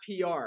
PR